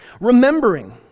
remembering